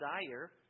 desire